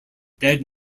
dead